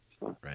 Right